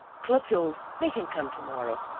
clotilde, make him come to-morrow.